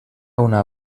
una